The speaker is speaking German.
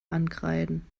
ankreiden